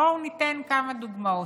בואו ניתן כמה דוגמאות: